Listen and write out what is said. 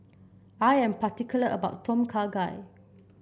I am particular about Tom Kha Gai